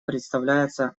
представляется